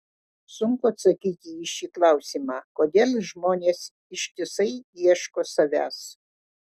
sunku atsakyti į šį klausimą kodėl žmonės ištisai ieško savęs